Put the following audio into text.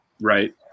right